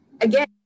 again